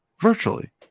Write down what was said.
Virtually